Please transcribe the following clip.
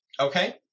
Okay